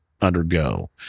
undergo